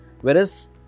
Whereas